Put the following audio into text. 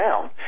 down